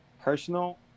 personal